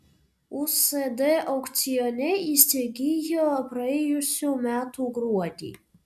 usd aukcione įsigijo praėjusių metų gruodį